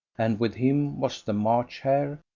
and with him was the march hare,